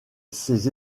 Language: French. ses